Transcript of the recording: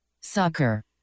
Sucker